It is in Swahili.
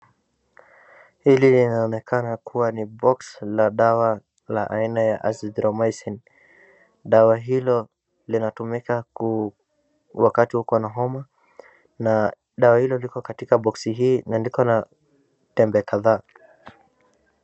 Hili linaonekana kuwa ni box la dawa la aina ya Azithromycin. Dawa hilo linatumika wakati wakiwa na homa na dawa hilo liko katika boksi hii imeandikwa na tembe kadhaa.